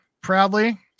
proudly